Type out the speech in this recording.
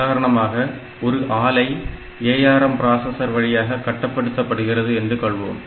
உதாரணமாக ஒரு ஆலை ARM பிராசசர் வழியாக கட்டுப்படுத்தப்படுகிறது என்று கொள்வோம்